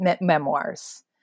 memoirs